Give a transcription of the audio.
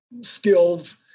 skills